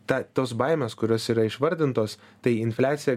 ta tos baimės kurios yra išvardintos tai infliacija